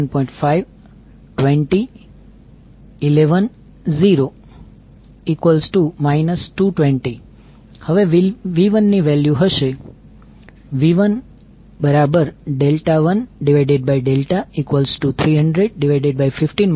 5 20 11 0 220 હવે V1 ની value હશે V1∆1∆30015 j518